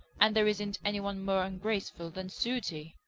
and there isn't any one more ungraceful than sooty.